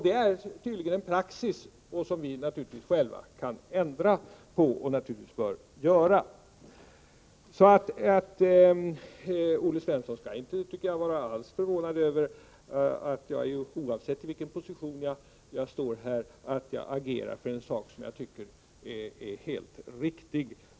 Det är tydligen en praxis som vi själva naturligtvis kan och bör ändra på. Så Olle Svensson skall inte alls vara förvånad över att jag, oavsett vilken position jag har, agerar för en sak som jag tycker är helt riktig.